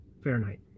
Fahrenheit